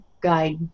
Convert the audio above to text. guide